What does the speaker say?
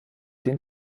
den